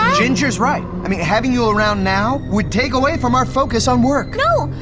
ginger's right. i mean, having you around now would take away from our focus on work. no,